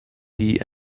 dee